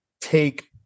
take